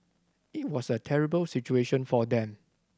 it was a terrible situation for them